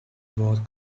both